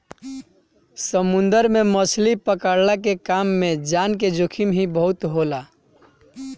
समुंदर में मछरी पकड़ला के काम में जान के जोखिम ही बहुते होला